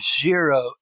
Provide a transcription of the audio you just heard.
zero